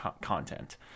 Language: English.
content